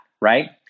right